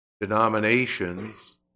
denominations